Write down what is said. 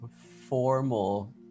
formal